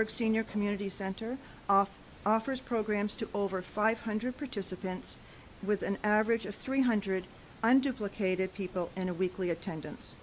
it senior community center off offers programs to over five hundred participants with an average of three hundred and duplicated people and weekly attendance